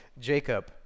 Jacob